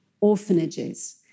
orphanages